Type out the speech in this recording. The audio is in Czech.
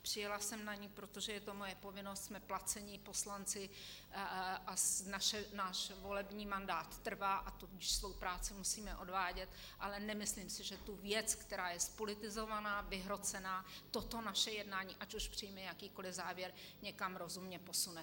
Přijela jsem na ni, protože je to moje povinnost, jsme placení poslanci a náš volební mandát trvá, a tudíž svou práci musíme odvádět, ale nemyslím si, že tu věc, která je zpolitizovaná, vyhrocená, toto naše jednání, ať už přijme jakýkoli závěr, někam rozumně posune.